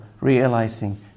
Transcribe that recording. realizing